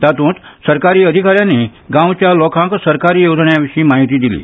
तातूंत सरकारी अधिका यानी गांवच्या लोकांक सरकारी येवजण्याविशी म्हायती दिली